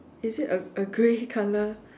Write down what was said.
is it a a grey color